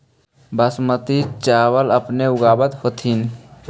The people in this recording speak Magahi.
बासमती चाबल अपने ऊगाब होथिं?